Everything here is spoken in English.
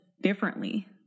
differently